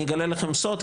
אני אגלה לכם סוד,